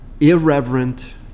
Irreverent